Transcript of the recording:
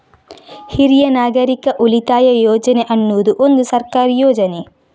ಹಿರಿಯ ನಾಗರಿಕರ ಉಳಿತಾಯ ಯೋಜನೆ ಅನ್ನುದು ಒಂದು ಸರ್ಕಾರಿ ಯೋಜನೆ